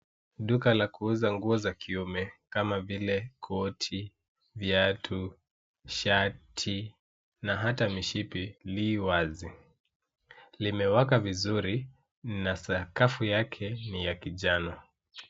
Duka la kuuza nguo za kiume kama vile koti, viatu, shati na hata mishipi li wazi. Limewaka vizuri na sakafu yake ni ya kijano.